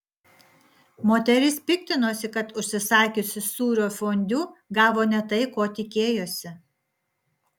moteris piktinosi kad užsisakiusi sūrio fondiu gavo ne tai ko tikėjosi